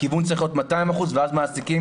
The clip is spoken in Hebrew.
הכיוון צריך להיות 200% ואז מעסיקים